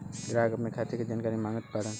ग्राहक अपने खाते का जानकारी मागत बाणन?